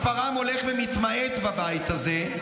המספר הולך ומתמעט בבית הזה,